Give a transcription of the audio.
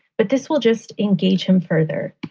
but this will just engage him further.